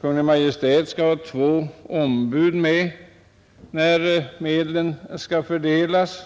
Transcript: Kungl. Maj:t skall representeras av två ombud när medlen fördelas.